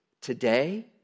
Today